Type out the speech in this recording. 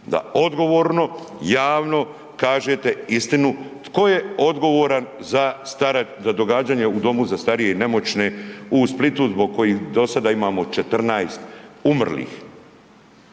Da odgovorno, javno kažete istinu tko je odgovoran za događanja u domu za starije i nemoćne u Splitu zbog kojih do sada imamo 14 umrlih?